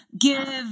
give